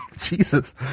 Jesus